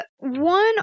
One